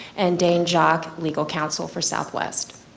and dan jock, legal counsel for southwest.